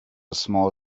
small